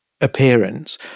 appearance